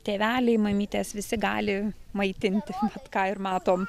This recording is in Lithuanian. tėveliai mamytės visi gali maitinti vat ką ir matom